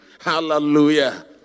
Hallelujah